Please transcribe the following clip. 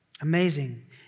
Amazing